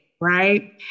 right